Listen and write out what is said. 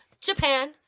Japan